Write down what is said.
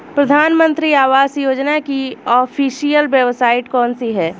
प्रधानमंत्री आवास योजना की ऑफिशियल वेबसाइट कौन सी है?